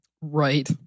Right